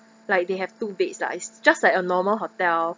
like they have two beds lah it's just like a normal hotel